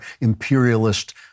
imperialist